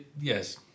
Yes